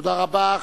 תודה רבה.